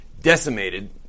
decimated